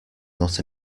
not